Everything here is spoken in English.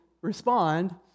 respond